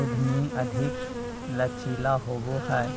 उधमी अधिक लचीला होबो हय